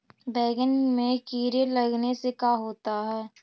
बैंगन में कीड़े लगने से का होता है?